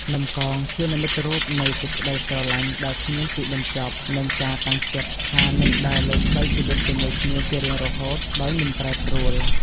នំកង ជានិមិត្តរូបនៃសេចក្ដីស្រឡាញ់ដែលគ្មានទីបញ្ចប់ និងការតាំងចិត្តថានឹងដើរលើផ្លូវជីវិតជាមួយគ្នាជារៀងរហូតដោយមិនប្រែប្រួល។